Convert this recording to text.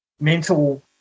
mental